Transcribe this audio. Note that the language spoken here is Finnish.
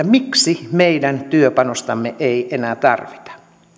miksi heidän työpanostaan ei enää tarvita